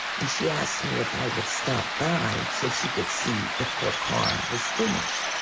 and she asked me if i would stop by so she could see if her car was finished.